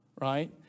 right